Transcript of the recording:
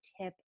tip